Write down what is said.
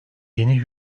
yeni